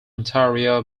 ontario